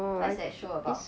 what's that show about